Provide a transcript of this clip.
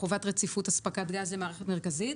לחובת רציפות הספקת גז למערכת גז מרכזית,